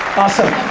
awesome.